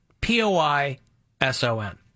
P-O-I-S-O-N